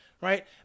right